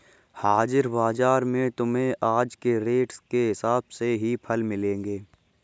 हाजिर बाजार में तुम्हें आज के रेट के हिसाब से ही फल मिलेंगे